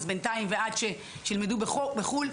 אז בינתיים שילמדו בחו"ל,